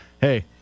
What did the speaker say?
Hey